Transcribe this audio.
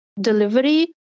delivery